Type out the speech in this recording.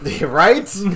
Right